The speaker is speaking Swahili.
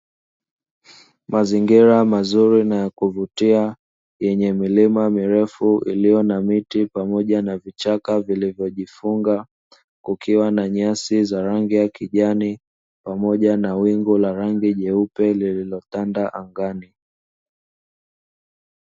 Mazingira mazuri na ya kuvutia yenye milima mirefu iliyo na miti pamoja na vichaka vilivyojifunga, kukiwa na nyasi za rangi ya kijani, pamoja na wingu la rangi jeupe lililotanda angani.